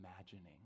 imagining